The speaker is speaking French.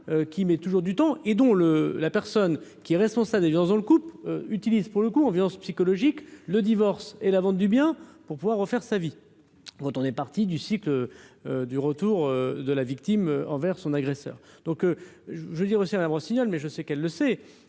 qui met toujours du temps et dont le la personne qui est responsable des violences dans le couple utilise pour le coup en violences psychologique le divorce et la vente du bien pour pouvoir refaire sa vie. Quand on est parti du cycle du retour de la victime envers son agresseur, donc je veux dire aussi signal mais je sais qu'elle le sait,